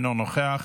אינו נוכח,